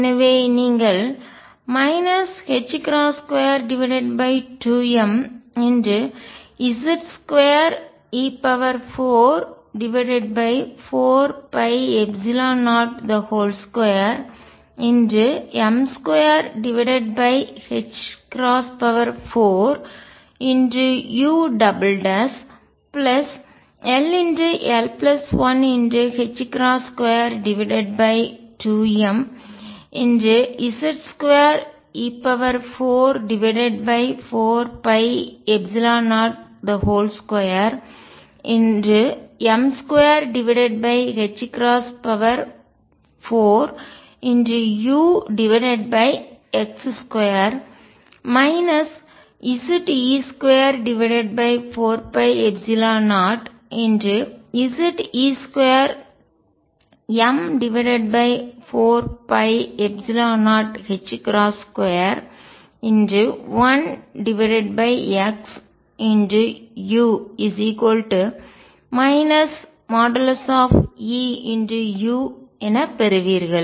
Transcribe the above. எனவே நீங்கள் 22mZ2e44π02m24ull122mZ2e44π02m24ux2 Ze24π0Ze2m4π021xu |E|u என பெறுவீர்கள்